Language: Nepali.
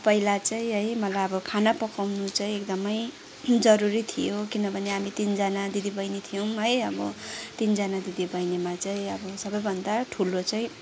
अब पहिला चाहिँ है मलाई अब खाना पकाउनु चाहिँ एकदमै जरुरी थियो किनभने हामी तिनजना दिदी बहिनी थियौँ है अब तिनजना दिदी बहिनीमा चाहिँ अब सबैभन्दा ठुलो चाहिँ